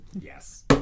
yes